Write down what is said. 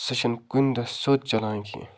سُہ چھِنہٕ کُنۍ دۄہ سیوٚد چلان کیٚنٛہہ